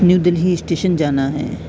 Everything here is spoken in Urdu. نیو دہلی اسٹیشن جانا ہے